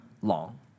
long